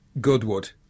Goodwood